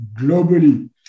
globally